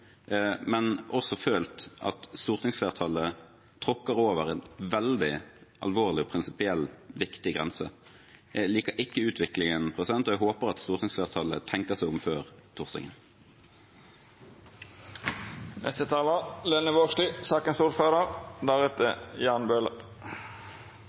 men også ha følt at stortingsflertallet tråkker over en veldig alvorlig og prinsipielt viktig grense. Jeg liker ikke utviklingen, og jeg håper at stortingsflertallet tenker seg om før